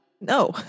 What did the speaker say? No